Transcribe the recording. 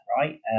right